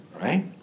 Right